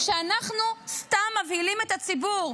שאנחנו סתם מבהילים את הציבור.